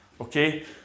okay